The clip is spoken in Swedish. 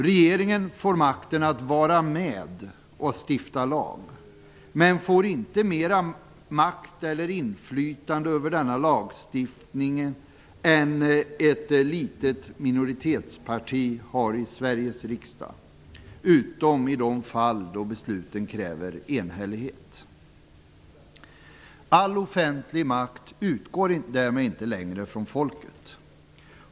Regeringen får makten att vara med och stifta lag men får inte mer makt eller inflytande över denna lagstiftning än ett litet minoritetsparti har i Sveriges riksdag, utom i de fall då besluten kräver enhällighet. All offentlig makt utgår därmed inte längre från folket.